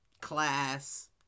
class